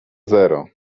zero